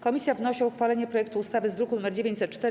Komisja wnosi o uchwalenie projektu ustawy z druku nr 904.